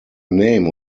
name